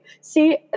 See